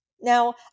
Now